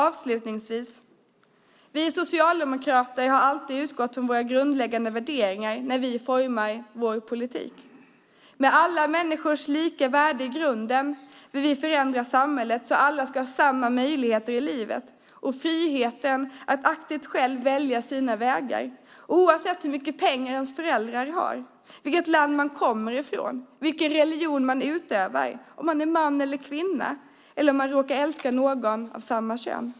Avslutningsvis utgår vi socialdemokrater alltid från våra grundläggande värderingar när vi formar vår politik. Med alla människors lika värde i grunden vill vi förändra samhället så att alla ska ha samma möjligheter i livet och friheten att själv aktivt välja sina vägar, oavsett hur mycket pengar ens föräldrar har, vilket land man kommer ifrån, vilken religion man utövar, om man är man eller kvinna eller om man råkar älska någon av samma kön.